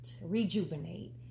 rejuvenate